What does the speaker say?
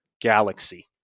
galaxy